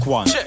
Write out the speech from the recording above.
one